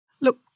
Look